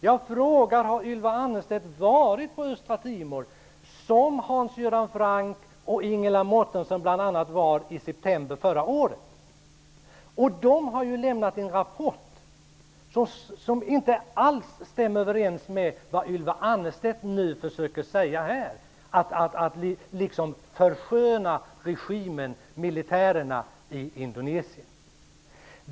Jag frågar: Har Ylva Franck och Ingela Mårtensson bl.a. var i september förra året? De har lämnat en rapport som inte alls stämmer överens med det Ylva Annerstedt nu försöker säga här, när hon liksom förskönar regimen, militärerna, i Indonesien.